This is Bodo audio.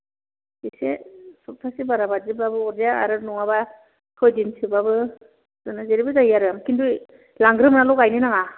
एसे सप्तासे बारा बायदिबाबो अरजाया आरो नङाबा सयदिसोबाबो जानाया जेरैबो जायो आरो खिन्थु लांग्रोमोनाल' गायनो नाङा